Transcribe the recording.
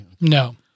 No